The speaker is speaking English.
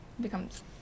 Becomes